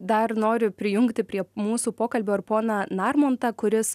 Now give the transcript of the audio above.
dar noriu prijungti prie mūsų pokalbio ir poną narmontą kuris